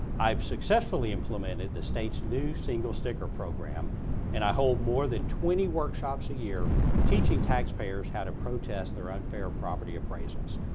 i've successfully implemented the state's new single sticker program and i hold more than twenty workshops a year teaching taxpayers how to protest their unfair property appraisals,